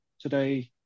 today